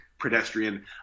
pedestrian